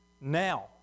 Now